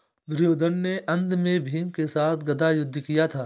दुर्योधन ने अन्त में भीम के साथ गदा युद्ध किया था